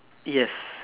yes